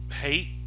hate